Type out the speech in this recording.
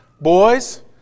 boys